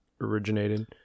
originated